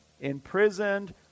imprisoned